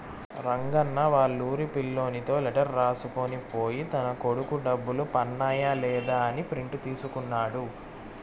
రంగన్న వాళ్లూరి పిల్లోనితో లెటర్ రాసుకొని పోయి తన కొడుకు డబ్బులు పన్నాయ లేదా అని ప్రింట్ తీసుకున్నాడు